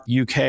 UK